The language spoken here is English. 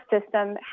system